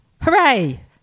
Hooray